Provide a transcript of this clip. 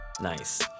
Nice